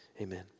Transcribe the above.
Amen